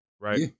right